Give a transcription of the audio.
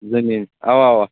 زٔمیٖن اَوا اَوا